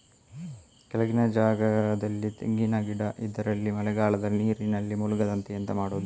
ಕೆಳಗಿನ ಜಾಗದಲ್ಲಿ ತೆಂಗಿನ ಗಿಡ ಇದ್ದರೆ ಮಳೆಗಾಲದಲ್ಲಿ ನೀರಿನಲ್ಲಿ ಮುಳುಗದಂತೆ ಎಂತ ಮಾಡೋದು?